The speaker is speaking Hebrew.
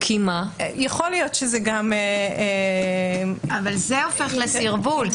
אבל זה הופך לסרבול,